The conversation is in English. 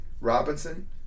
Robinson